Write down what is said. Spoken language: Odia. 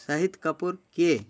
ସାହିଦ କାପୁର କିଏ